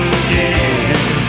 again